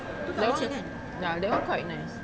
that one ya that one quite nice